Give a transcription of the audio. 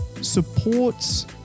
supports